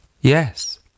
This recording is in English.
Yes